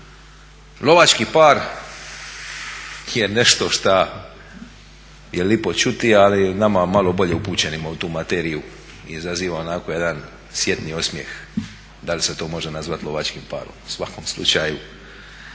Lovački par je nešto što je lijepo čuti ali nama malo bolje upućenima u tu materiju izaziva onako jedan sjetni osmijeh da li se to može nazvati lovački parom. U svakom slučaju